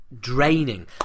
draining